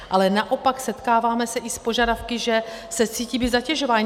Ale naopak setkáváme se i s požadavky, že se cítí být zatěžováni.